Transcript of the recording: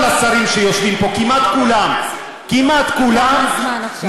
כל השרים שיושבים פה, כמעט כולם, תם הזמן עכשיו.